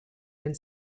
and